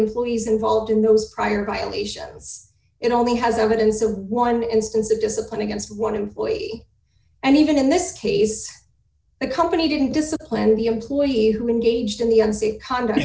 employees involved in those prior violations and only has evidence of one instance of discipline against one employee and even in this case the company didn't discipline the employee who engaged in the u